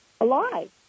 alive